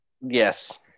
Yes